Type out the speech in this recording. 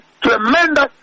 tremendous